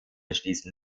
schließen